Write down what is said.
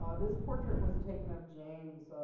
ah this portrait was taken of james